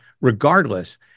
regardless